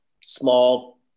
small